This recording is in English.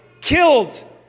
killed